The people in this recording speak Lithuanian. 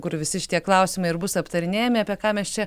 kur visi šitie klausimai ir bus aptarinėjami apie ką mes čia